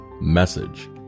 message